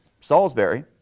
Salisbury